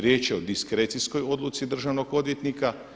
Riječ je diskrecijskoj odluci državnog odvjetnika.